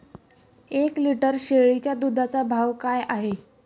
एक लिटर शेळीच्या दुधाचा भाव काय आहे?